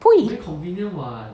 pui